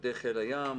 מפקדי חיל הים,